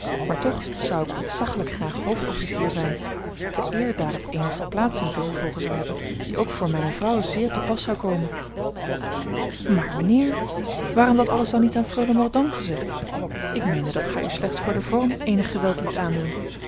maar toch zou ik ontzaggelijk graag hoofdofficier zijn te eer daar het eene verplaatsing ten gevolge zou hebben die ook voor mijne vrouw zeer te pas zou komen maar mijnheer waarom dat alles dan niet aan freule mordaunt gezegd ik meende dat gij u slechts voor den vorm eenig geweld liet aandoen